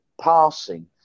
passing